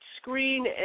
screen